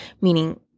meaning